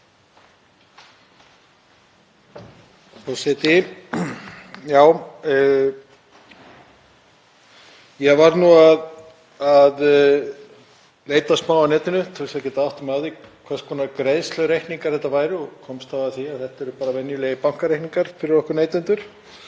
Ég varð að leita smá á netinu til að geta áttað mig á því hvers konar greiðslureikningar þetta væru og komst þá að því að þetta eru bara venjulegir bankareikningar fyrir okkur neytendur